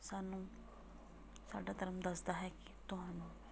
ਸਾਨੂੰ ਸਾਡਾ ਧਰਮ ਦੱਸਦਾ ਹੈ ਕਿ ਤੁਹਾਨੂੰ